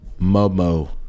momo